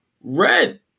Red